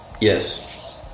yes